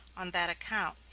on that account,